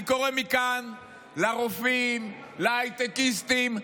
אני קורא מכאן לרופאים, להייטקיסטים: